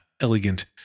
elegant